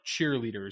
cheerleaders